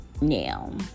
Now